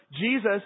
Jesus